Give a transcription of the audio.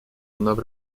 вновь